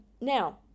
Now